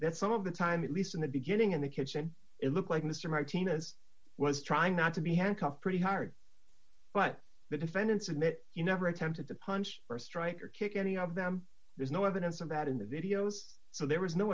that some of the time at least in the beginning in the kitchen it looked like mr martinez was trying not to be handcuffed pretty hard but the defendants admit you never attempted to punch or strike or kick any of them there's no evidence of that in the videos so there was no